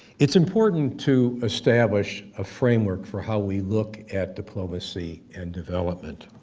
it's important to establish a framework for how we look at diplomacy and development.